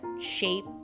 shape